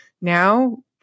now